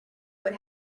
what